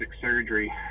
surgery